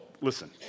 listen